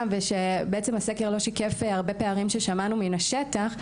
ושבעצם הסקר לא שיקף הרבה פערים ששמענו מן השטח,